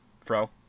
Fro